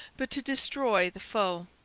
but to destroy the foe.